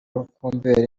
rukumberi